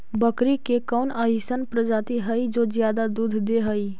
बकरी के कौन अइसन प्रजाति हई जो ज्यादा दूध दे हई?